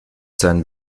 sein